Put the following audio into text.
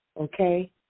Okay